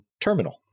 terminal